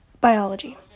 Biology